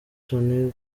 toni